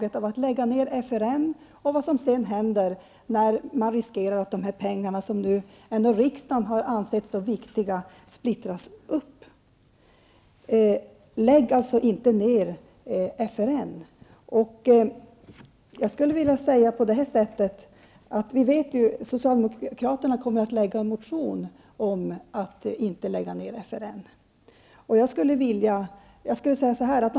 Sedan tar man upp att det inte skulle höra till den normala strukturen. I Norge har man ett allmänt vetenskapligt forskningsråd under vilket den här ykvinnoforskningen sorterar. Jag tar Per Unckels glidningar som att detta ändå kan leda till mer pengar till kvinnoforskningen, och det är ju bra. Det ligger en proposition i riksdagen, och jag inbjuder kvinnor i riksdagen att, liksom förra gången, ta kontakt med mig. Då kan vi tillsammans arbeta fram en motion om kvinnooch jämställdhetsforskning så att den får de resurser och den ställning som är av sådan vikt för att vi skall kunna belysa kvinnors problem och få lösningar på de problemen. Lägg alltså inte ner FRN! Socialdemokraterna kommer att motionera om att man inte skall lägga ner FRN.